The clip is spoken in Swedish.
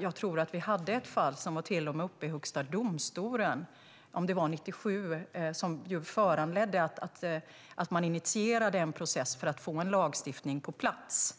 Jag tror att vi hade ett fall som till och med var uppe i Högsta domstolen, om det var 1997, som föranledde att man initierade en process för att få en lagstiftning på plats.